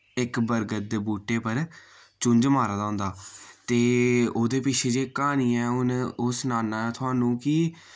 इक बरगत दे बूह्टे पर चुंझ मारा दा होंदा ते ओह्दे पिच्छे जे क्हानी ऐ हुन ओ सनाना थुहानू कि